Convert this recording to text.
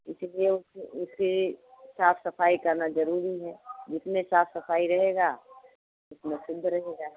इसीलिए उसकी साफ सफाई करना ज़रूरी है जितने साफ सफाई रहेगी उतना सुंदर रहेगा